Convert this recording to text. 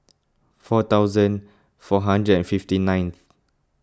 four thousand four hundred and fifty ninth